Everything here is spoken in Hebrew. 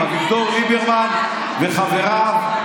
עם אביגדור ליברמן וחבריו.